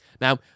Now